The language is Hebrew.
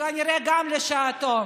כנראה גם לשעתו,